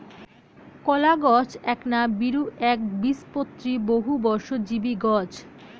কলাগছ এ্যাকনা বীরু, এ্যাকবীজপত্রী, বহুবর্ষজীবী গছ